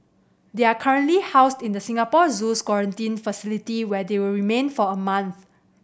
they are currently housed in the Singapore Zoo's quarantine facility where they will remain for a month